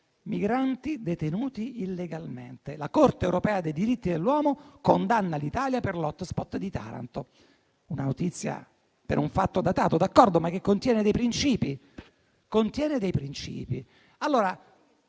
migranti detenuti illegalmente»: la Corte europea dei diritti dell'uomo condanna l'Italia per l'*hotspot* di Taranto. Una notizia per un fatto datato, d'accordo, ma che contiene dei principi. È un